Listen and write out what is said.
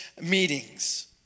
meetings